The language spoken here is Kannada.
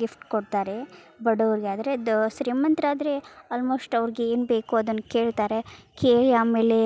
ಗಿಫ್ಟ್ ಕೊಡ್ತಾರೆ ಬಡವ್ರ್ಗಾದ್ರೆ ದ ಶ್ರೀಮಂತ್ರ್ ಆದರೆ ಆಲ್ಮೋಶ್ಟ್ ಅವ್ರ್ಗೆ ಏನು ಬೇಕು ಅದನ್ನು ಕೇಳ್ತಾರೆ ಕೇಳಿ ಆಮೇಲೆ